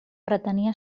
pretenia